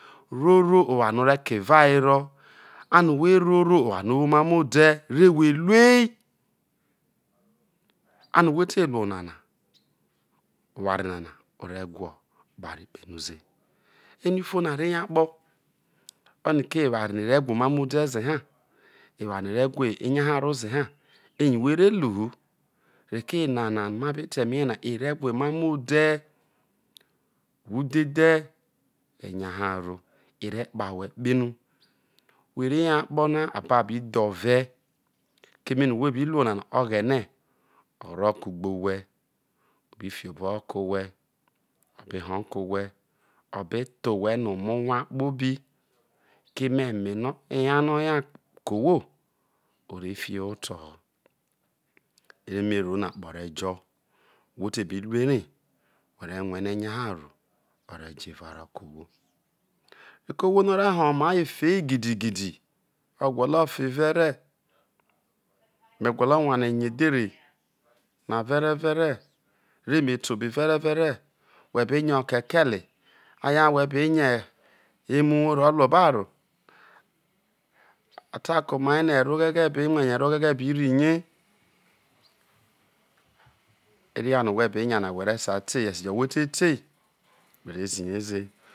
Roro oware no̱ o̱ re̱ ke̱ evawere ano whe roro oware no̱ owoemamo ode re whe ruel ano̱ whe te ru onana oware nana re wha okpa rekpehru ze ere ofo no a re yo akpo oroni ko eware no ere wha emamo de ze na, eware no̱ e re wha eny aha ro ze ha, eye whẹre ru reko enana no ma be ta eme rie na e re wha emamo ode nud hedhe e̱ enyaharo i e̱ re̱ kparo owhe kpehro where yo akpona ababo idhoue keme no whe bru onanu oghene o rro kugbe owhe, o bifio bo ho ke̱ owhe, be hoo ke̱ owhe, obe tho owhe no omanwo kpobi keme o to ho̱ ere me roro no̱ akpo re jo whe te bi ru ere whe re rue no enyaharo ore̱ jo̱ eva roke ohwo reko ohwo no ore̱ hoo oma ho̱ efe gidigidi o gwolo fe̱ vere me̱ gwolo wana nya edhere na verevẹre remete obei verevere whe benya okekele haijo ha whe benya emuwou ro ruo obaro a ta ke̱ omai no eroreghe be rue eroregbe bi rri rie eria no̱ whe be nyana whe̱ resai tee hi esejo whe tete, whe rezihe ze he̱.